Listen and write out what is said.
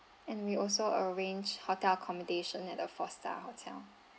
and we also arrange hotel accommodation at a four star hotel